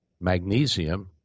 magnesium